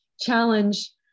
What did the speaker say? challenge